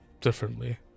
differently